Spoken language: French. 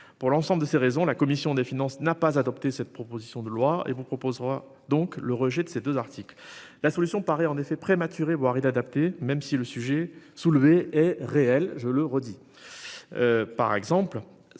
pour l'ensemble de ces raisons, la commission des finances n'a pas adopté cette proposition de loi et vous proposera donc le rejet de ces 2 articles la solution paraît en effet prématuré voire d'adapter même si le sujet soulevé est réelle, je le redis. Par exemple